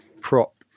Prop